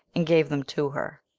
and gave them to her.